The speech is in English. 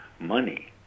money